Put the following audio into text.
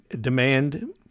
demand